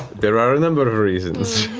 there are a number of reasons.